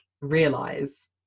realize